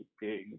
big